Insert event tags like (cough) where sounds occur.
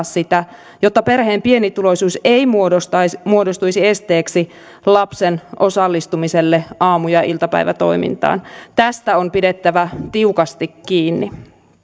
(unintelligible) sitä jotta perheen pienituloisuus ei muodostuisi muodostuisi esteeksi lapsen osallistumiselle aamu ja iltapäivätoimintaan tästä on pidettävä tiukasti kiinni